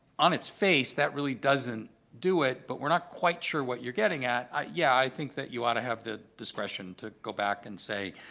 on its face, that really doesn't do it, but we're not quite sure what you're getting at, yeah, i think that you ought to have the discretion to go back and say,